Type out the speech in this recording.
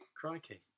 Crikey